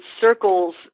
circles